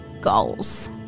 goals